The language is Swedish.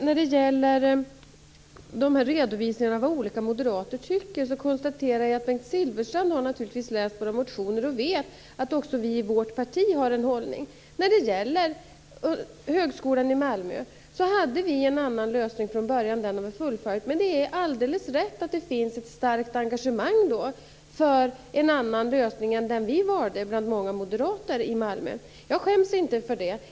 När det gäller redovisningen av vad olika moderater tycker, konstaterar jag att Bengt Silfverstrand naturligtvis har läst våra motioner och vet att också vi i vårt parti har en hållning. I fråga om Högskolan i Malmö hade vi en annan lösning från början, och den har vi fullföljt. Men det är alldeles rätt att det finns ett starkt engagemang bland många moderater i Malmö för en annan lösning än den som vi valde. Jag skäms inte för det.